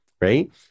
right